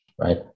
right